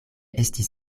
estis